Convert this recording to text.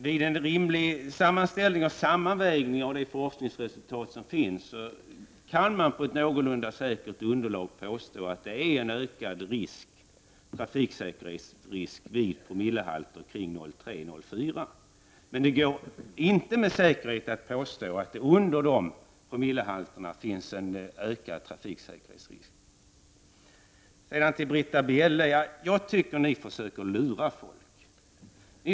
Vid en rimlig sammanställning och sammanvägning av de forskningsresultat som finns kan man ändå på ett någorlunda säkert underlag påstå att det är en ökad trafiksäkerhetsrisk vid promillehalten 0,3-0,4, men det går inte att med säkerhet påstå att det under den promillehalten är en ökad trafiksäkerhetsrisk. Jag tycker att ni i folkpartiet försöker lura folk, Britta Bjelle.